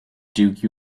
duke